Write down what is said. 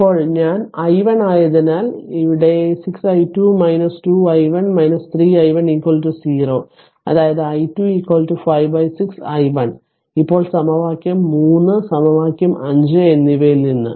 ഇപ്പോൾ ഞാൻ i1 ആയതിനാൽ ഇവിടെ 6 i2 2 i1 3 i1 0 അതായത് i2 56 i1 ഇപ്പോൾ സമവാക്യം 3 സമവാക്യം 5 എന്നിവയിൽ നിന്ന്